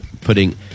putting